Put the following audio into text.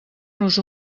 nos